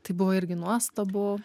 tai buvo irgi nuostabu